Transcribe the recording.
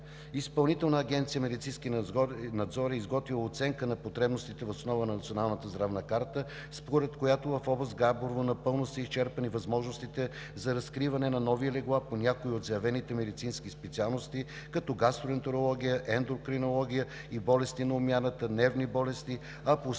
Изпълнителна агенция „Медицински надзор“ е изготвила оценка на потребностите въз основа на Националната здравна карта, според която в област Габрово напълно са изчерпани възможностите за разкриване на нови легла по някои от заявените медицински специалности, като гастроентерология, ендокринология и болести на обмяната, нервни болести, а по